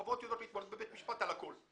חברות הסלולר יודעות להתמודד בבית המשפט על הכול.